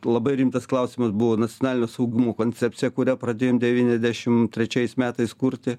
labai rimtas klausimas buvo nacionalinio saugumo koncepcija kurią pradėjom devyniasdešim trečiais metais kurti